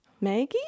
Maggie